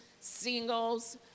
singles